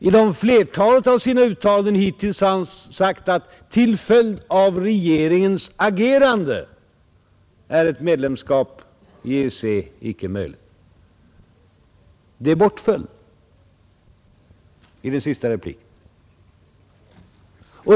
I flertalet av sina uttalanden hittills har herr Helén sagt att till följd av regeringens agerande är ett medlemskap i EEC icke möjligt. Detta om regeringens agerande bortföll i hans sista replik.